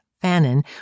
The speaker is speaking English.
Fannin